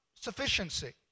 sufficiency